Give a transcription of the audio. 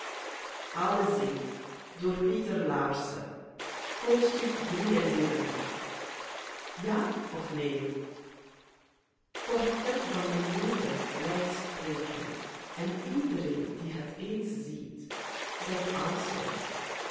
t portret van mijn moeder lijkt sprekend en iedereen die het eens ziet zegt